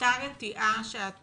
אותה רתיעה שאת